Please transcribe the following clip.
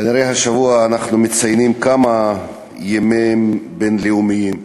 כנראה השבוע אנחנו מציינים כמה ימים בין-לאומיים,